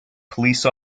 police